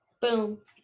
boom